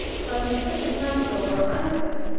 but instead of a council or a banquet,